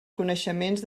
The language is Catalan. coneixements